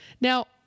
Now